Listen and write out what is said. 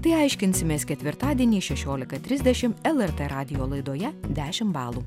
tai aiškinsimės ketvirtadienį šešiolika trisdešimt lrt radijo laidoje dešimt balų